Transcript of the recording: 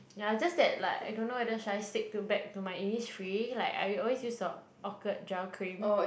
ya just that like I don't know whether should I stick to back to my Innisfree like I always use the orchid gel cream